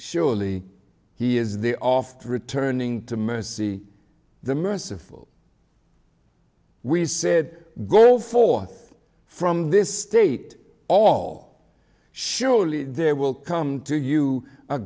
surely he is the of returning to mercy the merciful we said goal forth from this state all surely there will come to you